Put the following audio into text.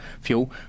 fuel